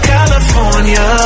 California